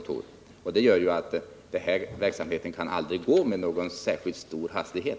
Att de här hänsynen måste tas gör ju att omfördelningsverksamheten inte kan gå med någon särskilt stor hastighet.